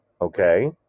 Okay